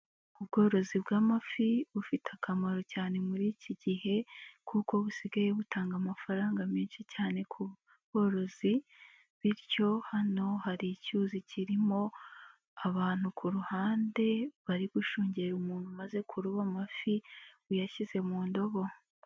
Ubworozi bw'amafi bufite akamaro cyane muri iki gihe kuko busigaye butanga amafaranga menshi cyane ku borozi, bityo hano hari icyuzi kirimo abantu ku ruhande bari gushungera umuntu umaze kuruba amafi uyashyize mu ndobo.